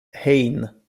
heine